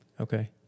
Okay